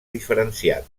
diferenciat